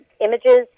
images